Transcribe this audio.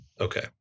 Okay